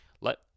let